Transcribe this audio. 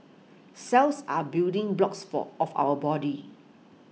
cells are building blocks for of our body